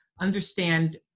understand